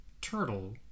turtle